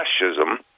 fascism